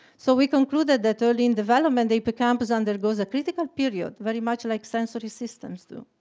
so we concluded that early in development the hippocampus undergoes a critical period, very much like sensory systems do.